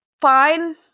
fine